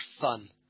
fun